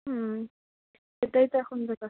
হুম সেটাই তো এখন ব্যাপার